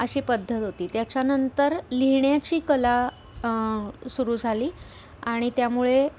अशी पद्धत होती त्याच्यानंतर लिहिण्याची कला सुरू झाली आणि त्यामुळे